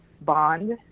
bond